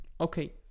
Okay